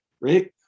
Right